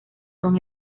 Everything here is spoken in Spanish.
son